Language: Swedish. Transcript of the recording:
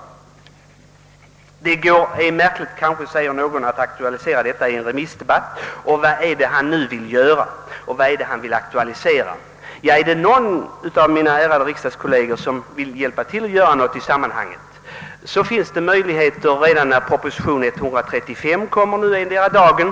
Någon kanske tycker att det är märkligt att aktualisera detta i en remissdebatt och undrar måhända vad jag nu syftar till. Ja, om någon av mina ärade riksdagskolleger vill hjälpa till att göra något i detta sammanhang, finns det möjligheter till detta redan när propositionen nr 135 endera dagen kommer att framläggas.